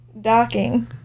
Docking